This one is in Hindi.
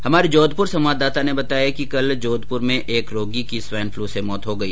हमारे जोधपुर संवाददाता ने बताया कि कल जोधपुर में एक रोगी की स्वाईन फ्लू से मौत हो गई